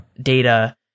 Data